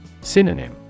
Synonym